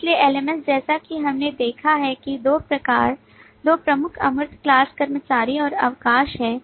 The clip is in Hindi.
इसलिए LMS जैसा कि हमने देखा है कि दो प्रमुख अमूर्त class कर्मचारी और अवकाश हैं